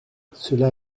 cela